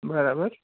બરાબર